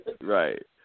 right